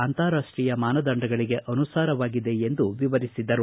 ಅಂತಾರಾಷ್ಷೀಯ ಮಾನದಂಡಗಳಿಗೆ ಅನುಸಾರವಾಗಿದೆ ಎಂದು ಅವರು ವಿವರಿಸಿದರು